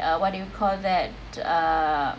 uh what do you call that uh